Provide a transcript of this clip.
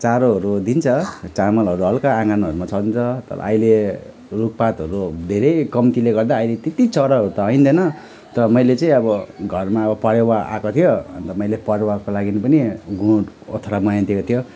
चारोहरू दिइन्छ चामलहरू हल्का आँगनहरूमा छरिदिइन्छ तर अहिले रुखपातहरू धेरै कम्तीले गर्दा अहिले त्यति चराहरू त आउँदैन त मैले चाहिँ अब घरमा अब परेवा आएको थियो अन्त मैले परेवाको लागि पनि गुँड ओथ्रा बनाइदिएको थियो